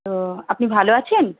ও আপনি ভালো আছেন